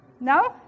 No